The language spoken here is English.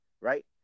right